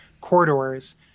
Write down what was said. corridors